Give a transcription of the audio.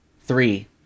three